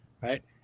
right